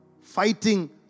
fighting